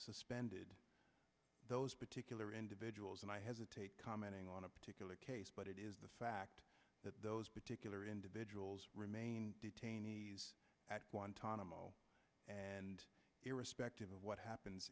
suspended those particular individuals and i hesitate commenting on a particular case but it is the fact that those particular individuals remain detainees at guantanamo and irrespective of what happens